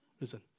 Listen